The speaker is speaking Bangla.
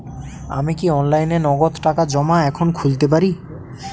আমি কি অনলাইনে নগদ টাকা জমা এখন খুলতে পারি?